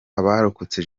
abarokotse